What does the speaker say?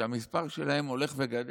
שהמספר שלהם הולך וגדל,